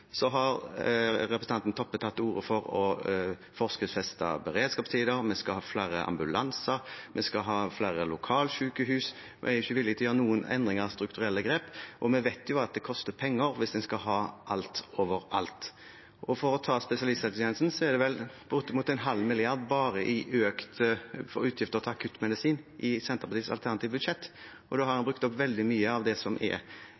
har representanten Toppe tatt til orde for å forskriftsfeste beredskapstider, vi skal ha flere ambulanser, vi skal ha flere lokalsykehus, og en er ikke villig til å gjøre noen endringer av strukturelle grep. Vi vet jo at det koster penger hvis en skal ha alt overalt, og for å ta spesialisthelsetjenesten er det vel en økning på bortimot 0,5 mrd. kr bare for utgifter til akuttmedisin i Senterpartiets alternative budsjett. Da har en brukt opp veldig mye av det som er